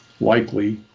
likely